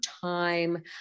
time